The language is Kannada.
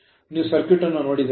ನೀವು ಸರ್ಕ್ಯೂಟ್ ಅನ್ನು ನೋಡಿದರೆ